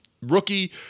rookie